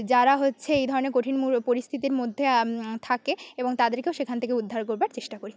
যারা হচ্ছে এইধরনের কঠিন পরিস্থিতির মধ্যে থাকে এবং তাদেরকেও সেখান থেকে উদ্ধার করবার চেষ্টা করি